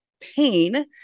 pain